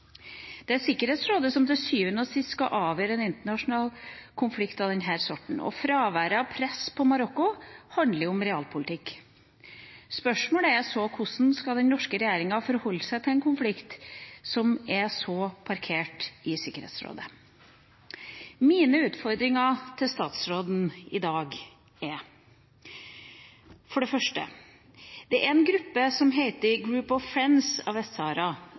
Det er Sikkerhetsrådet som til syvende og sist skal avgjøre en internasjonal konflikt av denne sorten, og fraværet av press på Marokko handler jo om realpolitikk. Spørsmålet er så hvordan den norske regjeringa skal forholde seg til en konflikt som er så parkert i Sikkerhetsrådet. Mine utfordringer til statsråden i dag er for det første: Det er en gruppe som heter «Group of Friends of Western Sahara», som er av